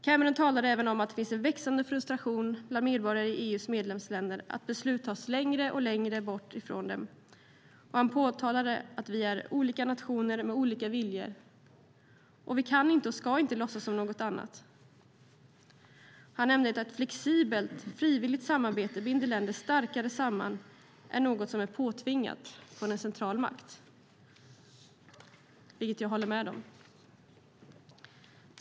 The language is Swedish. Cameron talade även om att det finns en växande frustration bland medborgare i EU:s medlemsländer över att beslut tas längre och längre från dem. Han påtalade att vi är olika nationer med olika viljor, och vi kan inte och ska inte låtsas något annat. Han sade att ett flexibelt, frivilligt samarbete binder länder starkare samman än något som är påtvingat från en central makt. Jag håller med om detta.